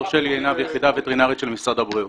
מהיחידה הווטרינרית של משרד הבריאות.